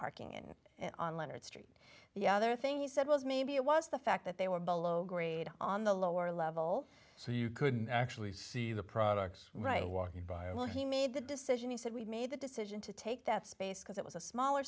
parking in on leonard street the other thing he said was maybe it was the fact that they were below grade on the lower level so you couldn't actually see the products right walking by oh well he made the decision he said we made the decision to take that space because it was a smaller